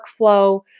workflow